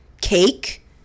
cake